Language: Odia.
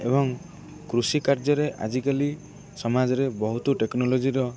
ଏବଂ କୃଷି କାର୍ଯ୍ୟରେ ଆଜିକାଲି ସମାଜରେ ବହୁତ ଟେକ୍ନୋଲୋଜିର